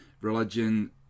religion